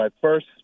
first